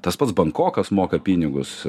tas pats bankokas moka pinigus